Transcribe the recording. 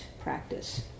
practice